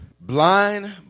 blind